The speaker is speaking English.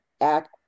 act